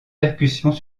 percussions